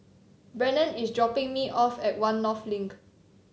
Brennen is dropping me off at One North Link